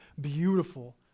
beautiful